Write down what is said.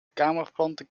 kamerplanten